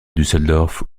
düsseldorf